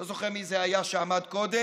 לא זוכר מי זה היה שעמד קודם,